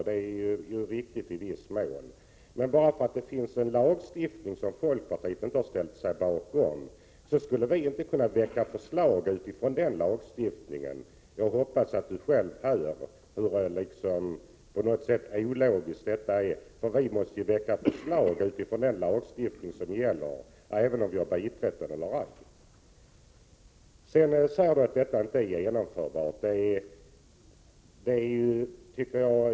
Det är i viss mån riktigt, men jag hoppas att Ewa Hedkvist Petersen själv märker hur ologiskt det är att vi inte skulle kunna väcka förslag utifrån den lagstiftningen, bara därför att vi inte stod bakom den. Vi måste ju väcka förslag utifrån den lagstiftning som gäller, oavsett om vi har biträtt den eller ej. Sedan säger Ewa Hedkvist Petersen att förslaget inte är genomförbart.